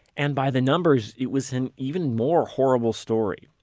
and by the numbers, it was and even more horrible story.